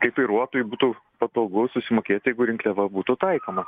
kaip vairuotojui būtų patogu susimokėt jeigu rinkliava būtų taikoma